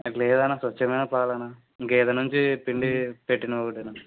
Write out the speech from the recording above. లేదన్నా స్వచ్ఛమైన పాలన్నా గేదె నుంచి పిండి పెట్టిన ఒకటేనా